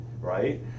right